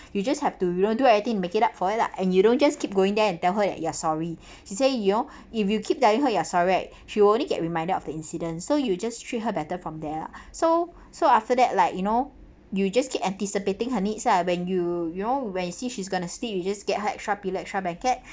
you just have to you know do anything to make it up for it lah and you don't just keep going there and tell her that you are sorry she say you know if you keep telling her you are sorry right she'll only get reminded of the incident so you just treat her better from there lah so so after that like you know you just keep anticipating her needs lah when you you know when see she's gonna sleep you just get her extra pillow extra blanket